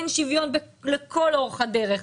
אין שוויון לכל אורך הדרך,